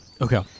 Okay